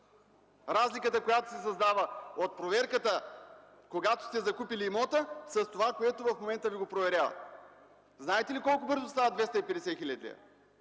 Разликата, която се явява от проверката, когато сте закупили имота, с това, което в момента Ви го проверяват! Знаете ли колко бързо стават 250 хиляди?